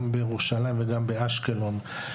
בירושלים ובאשקלון,